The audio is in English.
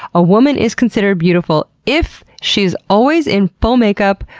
a woman is considered beautiful if she is always in full makeup,